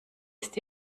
ist